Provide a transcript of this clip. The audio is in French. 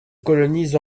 colonies